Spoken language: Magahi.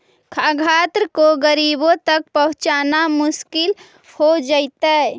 खाद्यान्न को गरीबों तक पहुंचाना मुश्किल हो जइतइ